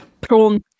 Prawn